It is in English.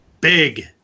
Big